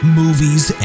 movies